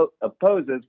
opposes